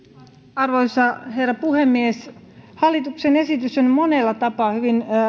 arvoisa herra puhemies hallituksen esitys on monella tapaa hyvin